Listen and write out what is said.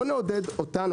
בואו נעודד אותנו,